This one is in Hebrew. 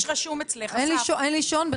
למשל תמיכה בחיים עצמאיים בקהילה,